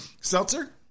Seltzer